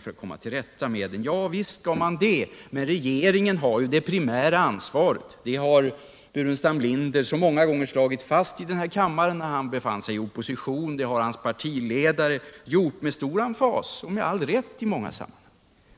för att komma till rätta med den. Javisst skall man det. Men regeringen har det primära ansvaret. Det har herr Burenstam Linder så många gånger slagit fast i den här kammaren när han befann sig i opposition. Det har hans partiledare gjort med stor emfas, och med all rätt i många sammanhang.